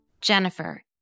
Jennifer